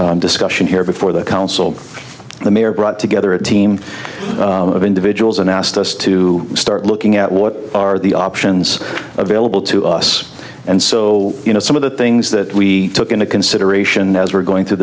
discussion here before the council the mayor brought together a team of individuals and asked us to start looking at what are the options available to us and so you know some of the things that we took into consideration as we're going t